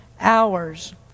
hours